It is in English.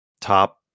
top